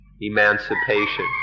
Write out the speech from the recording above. emancipation